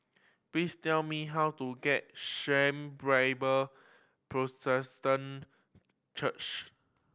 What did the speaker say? please tell me how to get Shalom Bible Church